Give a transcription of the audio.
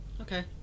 Okay